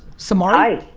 samari